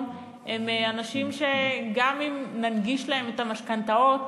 הם אנשים שגם אם ננגיש להם את המשכנתאות